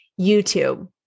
YouTube